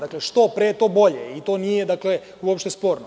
Dakle, što pre, to bolje i to nije uopšte sporno.